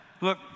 Look